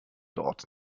dort